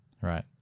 right